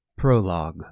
Prologue